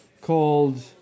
called